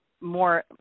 More